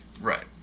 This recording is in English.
Right